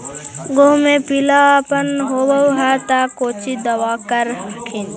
गोहुमा मे पिला अपन होबै ह तो कौची दबा कर हखिन?